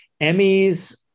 emmys